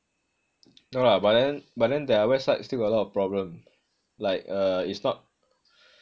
no lah but then but then their website still got a lot of problem like uh it's not